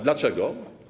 Dlaczego?